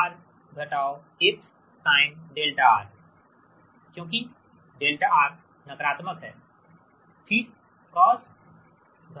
IRcosδR XsinδR क्योंकि δR negative है